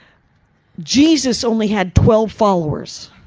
jesus only had twelve followers.